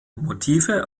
motive